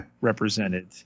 represented